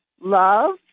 love